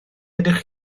ydych